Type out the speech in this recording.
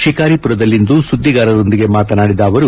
ತಿಕಾರಿಪುರದಲ್ಲಿಂದು ಸುದ್ದಿಗಾರರೊಂದಿಗೆ ಮಾತನಾಡಿದ ಅವರು